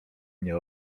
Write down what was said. mnie